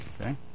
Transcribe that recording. Okay